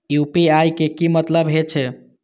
UPI के की मतलब हे छे?